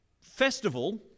festival